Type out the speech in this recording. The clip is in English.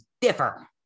differ